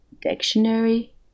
dictionary